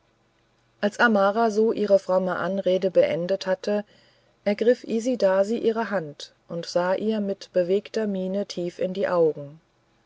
als amara so ihre fromme anrede beendet hatte ergriff isidasi ihre hand und sah ihr mit bewegter miene tief in die augen